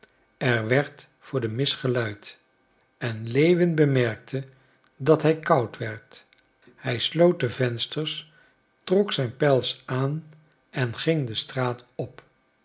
er werd voor de mis geluid en lewin bemerkte dat hij koud werd hij sloot de vensters trok zijn pels aan en ging de straat op